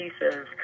pieces